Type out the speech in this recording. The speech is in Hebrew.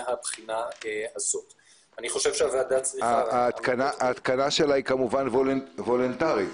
ואני חושב שהוועדה צריכה --- האפליקציה הזאת היא וולונטרית,